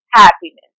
happiness